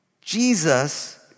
Jesus